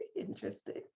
interesting